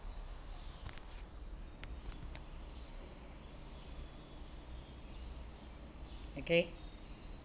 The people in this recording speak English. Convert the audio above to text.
agree